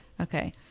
Okay